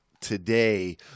today